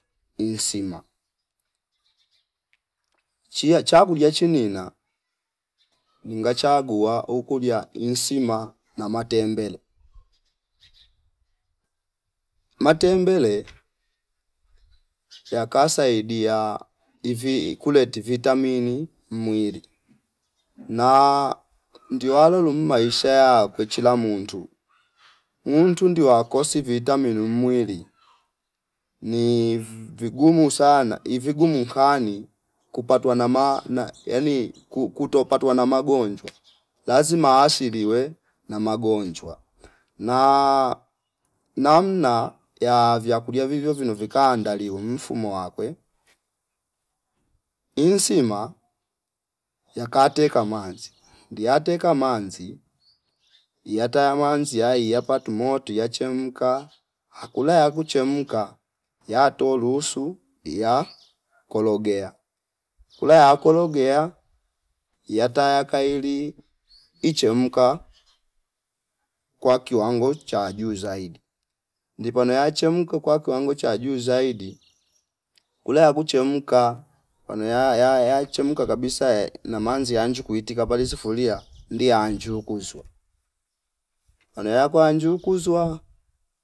Insima chia chagulia chenina ninga chagua ukulia insima na matembele, matembele yakasaidia ivi kuleti vitamini mwili na ndiwalolo mmaisha ya kwechila mundu muuntu ndiwakosi vitamin mwili ni vigumu sana ivigumu kani kupatwa na ma na yani ku- kutopatwa na magonjwa lazima asiliwe na magonjwa na namna ya vyakulia vivyo vino vikaandaliwa mfumo wakwe insima yakate kamanzi ndiate kamanzi iyata yamwaniz yai yapat moti ya chemka akula ya kuchemka yatolusu ya kologea, kula yakologea yata yakaili ichemka kwa kiwango cha juu zaidi ndipo naya chemka kwa kiwango cha juu zaid, kula ya kuchemka kwanu ya- ya- ya- yachemka kabisa na manzi yanju kuitika pale sufuria ndi anjukuswa kwanea kwanjukuswa